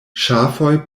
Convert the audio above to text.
ŝafoj